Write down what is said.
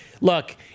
look